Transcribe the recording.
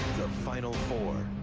final four.